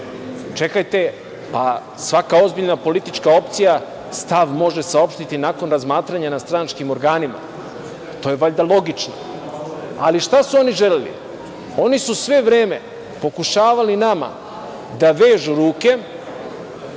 Čekajte, pa svaka ozbiljna politička opcija stav može saopštiti nakon razmatranja na stranačkim organima. To je valjda logično. Ali, šta su oni želeli? Oni su sve vreme pokušavali nama da vežu ruke,